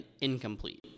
incomplete